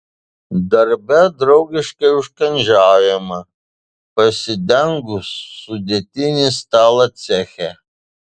darbe draugiškai užkandžiaujama pasidengus sudėtinį stalą ceche